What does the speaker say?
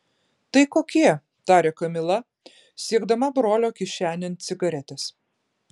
tai kokie tarė kamila siekdama brolio kišenėn cigaretės